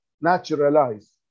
naturalize